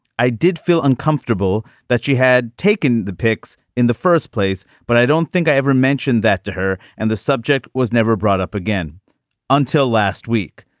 i did feel uncomfortable that she had taken the pics in the first place, but i don't think i ever mentioned that to her and the subject was never brought up again until last week.